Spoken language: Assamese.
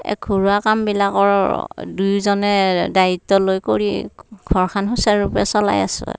এই ঘৰুৱা কামবিলাকৰ দুয়োজনে দায়িত্ব লৈ কৰি ঘৰখন সুচাৰূপে চলাই আছো আৰু